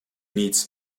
needs